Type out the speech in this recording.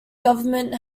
government